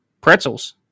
Pretzels